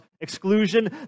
exclusion